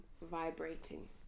vibrating